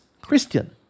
Christian